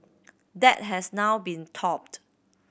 that has now been topped